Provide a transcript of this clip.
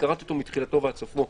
קראתי אותו מתחילתו ועד סופו.